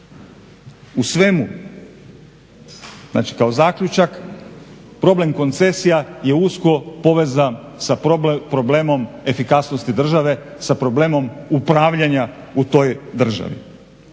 U svemu znači kao zaključak problem koncesija je usko povezan sa problemom efikasnosti države, sa problemom upravljanja u toj državi.